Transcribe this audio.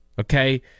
okay